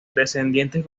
descendientes